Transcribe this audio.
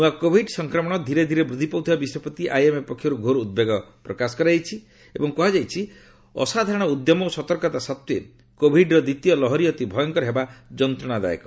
ନୂଆ କୋଭିଡ୍ ସଂକ୍ରମଣ ଧୀରେ ଧୀରେ ବୃଦ୍ଧି ପାଉଥିବା ବିଷୟ ପ୍ରତି ଆଇଏମ୍ଏ ପକ୍ଷରୁ ଘୋର ଉଦ୍ବେଗ ପ୍ରକାଶ କରାଯାଇଛି ଏବଂ କୁହାଯାଇଛି ଅସାଧାରଣ ଉଦ୍ୟମ ଓ ସତର୍କତା ସତ୍ତ୍ୱେ କୋଭିଡ୍ର ଦ୍ୱିତୀୟ ଲହରି ଅତି ଭୟଙ୍କର ହେବା ଯନ୍ତ୍ରଣାଦାୟକ